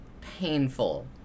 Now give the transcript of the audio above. painful